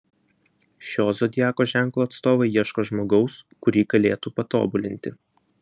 šio zodiako ženklo atstovai ieško žmogaus kurį galėtų patobulinti